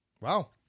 Wow